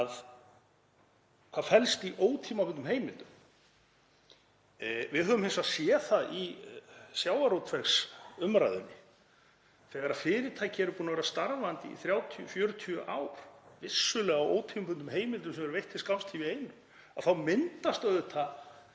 hvað felst í ótímabundnum heimildum. Við höfum hins vegar séð það í sjávarútvegsumræðunni að þegar fyrirtæki eru búin að vera starfandi í 30–40 ár, vissulega með ótímabundnum heimildum sem eru veittar til skamms tíma í einu, þá myndast auðvitað